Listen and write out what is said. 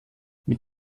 mit